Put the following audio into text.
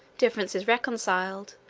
differences reconciled,